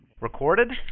Recorded